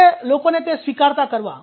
કેવી રીતે લોકોને તે સ્વીકારતા કરવા